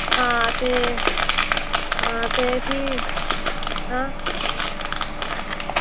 हां ते हां ते फ्ही हां